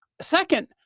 Second